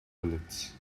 bullets